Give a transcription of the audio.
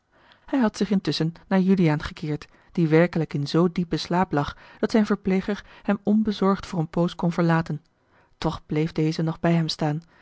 hij had zich intusschen naar juliaan gekeerd die werkelijk in zoo diepen slaap lag dat zijn verpleger hem onbezorgd voor eene poos kon verlaten toch bleef deze nog bij hem staan